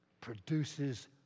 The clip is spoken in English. produces